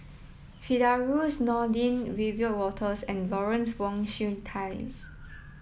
Firdaus Nordin Wiebe Wolters and Lawrence Wong Shyun Tsai